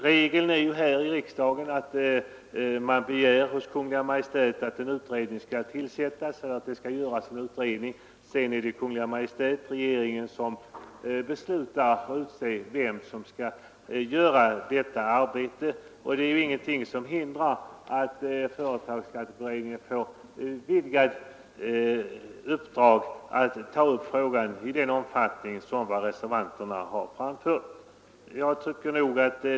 Regeln här i riksdagen är ju att man hos Kungl. Maj:t begär att en utredning skall göras. Sedan är det Kungl. Maj:t som utser dem som skall göra detta arbete. Det är ingenting som hindrar att företagsskatteberedningen får ett vidgat uppdrag att ta upp frågan i den omfattning som reservanterna kräver.